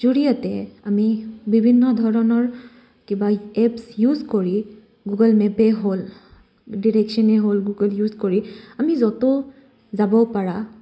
জৰিয়তে আমি বিভিন্ন ধৰণৰ কিবা এপছ ইউজ কৰি গুগল মেপে হ'ল ডিৰেকশ্যনে হ'ল গুগল ইউজ কৰি আমি য'ত যাব পাৰা